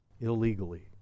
illegally